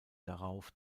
daraufhin